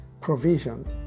Provision